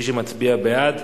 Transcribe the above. מי שמצביע בעד,